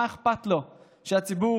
מה אכפת לו שהציבור